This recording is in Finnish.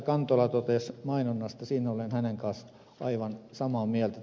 kantola totesi mainonnasta olen hänen kanssaan aivan samaa mieltä